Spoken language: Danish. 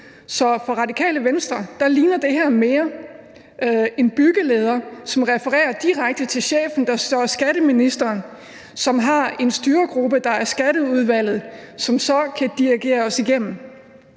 Så for Radikale Venstre minder det her mere om en byggeleder, som refererer direkte til chefen, der så er skatteministeren, og som har en styregruppe, der så er Skatteudvalget, som så kan dirigere os igennem.